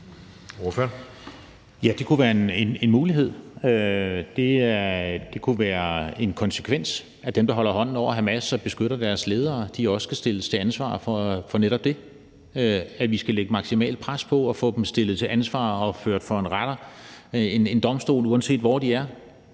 Ja, det kunne være en mulighed. Det kunne være en konsekvens, at dem, der holder hånden over Hamas og beskytter deres ledere, også skal stilles til ansvar for netop det, altså at vi skal lægge maksimalt pres på og få dem stillet til ansvar og få dem ført for en domstol, uanset hvor de er